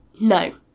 No